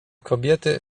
kobiety